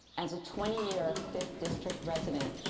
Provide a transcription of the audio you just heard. as a twenty year fifth district resident,